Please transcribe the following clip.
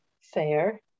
fair